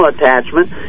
attachment